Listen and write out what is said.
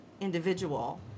individual